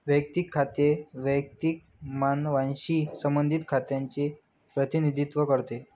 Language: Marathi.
वैयक्तिक खाते वैयक्तिक मानवांशी संबंधित खात्यांचे प्रतिनिधित्व करते